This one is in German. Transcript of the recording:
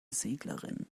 seglerin